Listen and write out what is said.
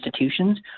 institutions